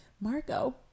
Marco